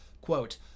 Quote